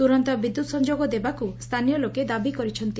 ତୁରନ୍ତ ବିଦ୍ୟୁତ ସଂଯୋଗ ଦେବାକୁ ସ୍ତାନୀୟ ଲୋକେ ଦାବି କରିଛନ୍ତି